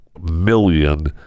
million